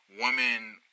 women